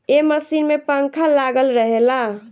ए machine में पंखा लागल रहेला